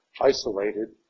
isolated